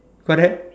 correct